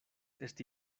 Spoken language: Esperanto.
esti